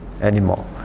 anymore